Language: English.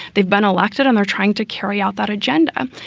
they've been elected on. they're trying to carry out that agenda.